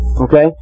Okay